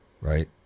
Right